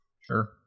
Sure